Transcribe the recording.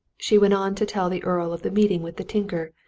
she went on to tell the earl of the meeting with the tinker,